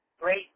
great